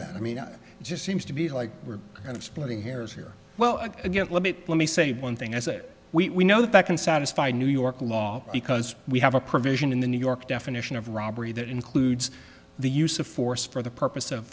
that i mean i'm just seems to be like we're kind of splitting hairs here well again let me let me say one thing i say we know that that can satisfy new york law because we have a provision in the new york definition of robbery that includes the use of force for the purpose of